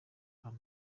abo